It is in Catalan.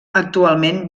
actualment